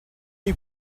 you